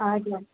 हजुर